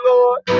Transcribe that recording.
Lord